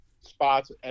spots